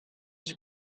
was